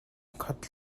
khat